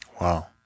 Wow